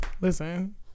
Listen